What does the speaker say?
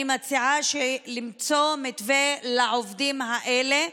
אני מציעה למצוא מתווה לעובדים האלה.